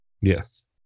Yes